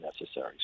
necessary